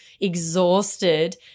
exhausted